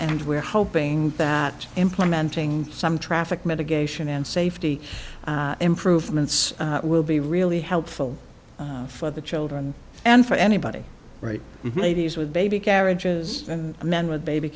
and we're hoping that implementing some traffic mitigation and safety improvements will be really helpful for the children and for anybody right ladies with baby carriages and men with baby